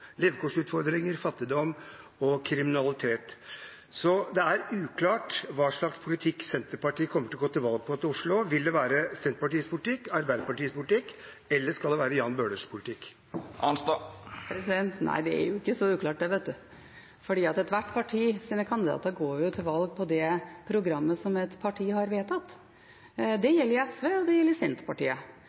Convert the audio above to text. levekårsutfordringer, fattigdom og kriminalitet. Det er uklart hva slags politikk Senterpartiet kommer til å gå til valg på i Oslo. Vil det være Senterpartiets politikk, Arbeiderpartiets politikk eller Jan Bøhlers politikk? Nei, det er ikke så uklart, dette. Ethvert partis kandidater går jo til valg på det programmet som et parti har vedtatt. Det gjelder i SV, og det gjelder i Senterpartiet.